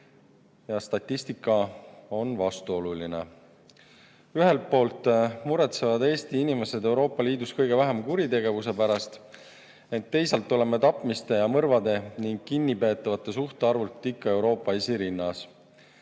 statistika on vastuoluline. Ühelt poolt muretsevad Eesti inimesed Euroopa Liidus kõige vähem kuritegevuse pärast, ent teisalt oleme tapmiste, mõrvade ning kinnipeetavate suhtarvult ikka Euroopas esirinnas.